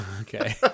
Okay